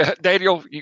Daniel